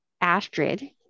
Astrid